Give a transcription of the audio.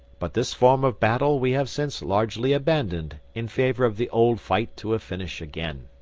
but this form of battle we have since largely abandoned in favour of the old fight to a finish again.